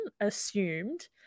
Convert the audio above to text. assumed